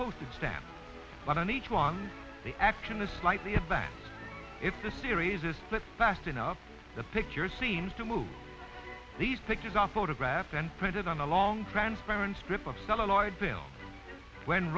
postage stamp but on each one the action is slightly advanced if the series is split fast enough the picture seems to move these pictures are photographed and printed on a long transparent strip of celluloid film when